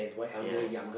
yes